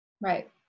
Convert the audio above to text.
Right